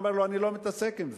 ואמר לו: אני לא מתעסק עם זה,